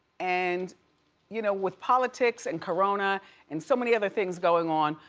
and you know, with politics and corona and so many other things going on,